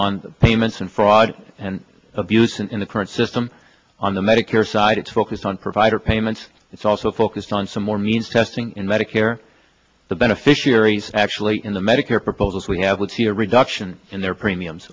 on payments and fraud and abuse in the current system on the medicare side it's focused on provider payments it's also focused on some more means testing in medicare the beneficiaries actually in the medicare proposals we have would see a reduction in their premiums